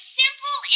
simple